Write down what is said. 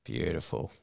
Beautiful